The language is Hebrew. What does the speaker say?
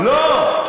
לא,